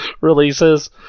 releases